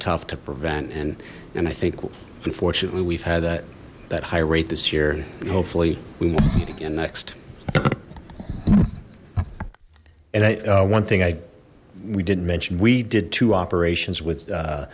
tough to prevent and and i think unfortunately we've had that that high rate this year and hopefully we won't see it again next music and i one thing i we didn't mention we did two operations with